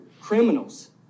criminals